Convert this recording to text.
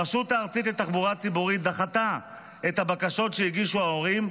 הרשות הארצית לתחבורה ציבורית דחתה את הבקשות שהגישו ההורים,